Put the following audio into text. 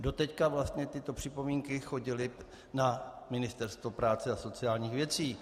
Doteď tyto připomínky chodily na Ministerstvo práce a sociálních věcí.